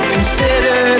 Consider